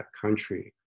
country